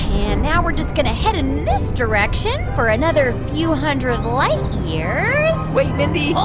and now we're just going to head in this direction for another few hundred light years wait, mindy